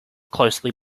closely